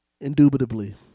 Indubitably